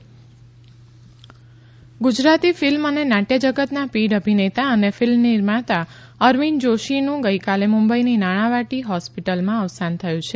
Arvind Joshi Gujarati film અને નાટયજગતના પીઢ અભિનેતા અને ફિલ્મ નિર્માતા અરવિંદ જોષીનું ગઇકાલે મુંબઇની નાણાવટી હોસ્પિટલમાં અવસાન થયું છે